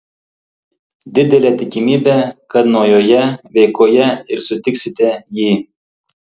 didelė tikimybė kad naujoje veikoje ir sutiksite jį